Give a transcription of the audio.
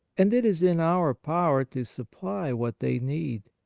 and it is in our power to supply what they need,